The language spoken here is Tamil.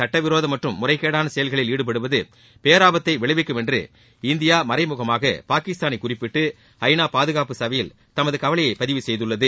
சட்டவிரோத மற்றும் முறைகேடான செயல்களில் ஈடுபடுவது பேராபரத்தை விளைவிக்கும் என்று இந்தியா மறைமுகமாக பாகிஸ்தானை குறிப்பிட்டு ஐநா பாதுகாப்பு சபையில் தமது கவலையை பதிவு செய்துள்ளது